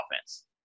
offense